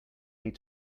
need